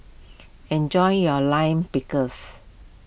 enjoy your Lime Pickle